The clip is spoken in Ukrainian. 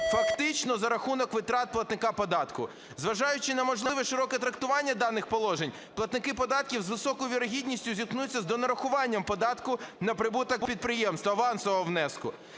фактично за рахунок витрат платника податку. Зважаючи на можливість, широке трактування даних положень, платники податків з високою вірогідністю зітнуться з донарахуванням податку на прибуток підприємств - авансового внеску.